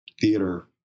theater